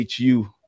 hu